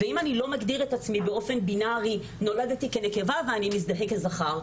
ואם אני לא מגדיר את עצמי באופן בינארי - נולדתי כנקבה ואני מזדהה כזכר?